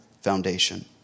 foundation